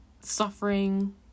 suffering